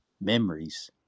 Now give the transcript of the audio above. memories